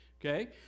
Okay